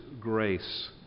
grace